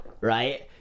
right